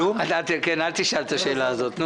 אל תשאל את השאלה הזאת.